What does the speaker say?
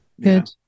Good